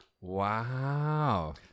Wow